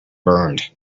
burned